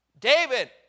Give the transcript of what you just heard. David